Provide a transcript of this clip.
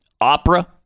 opera